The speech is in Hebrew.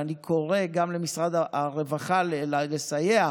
ואני קורא גם למשרד הרווחה לסייע,